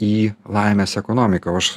į laimės ekonomiką o aš